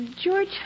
George